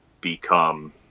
become